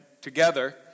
together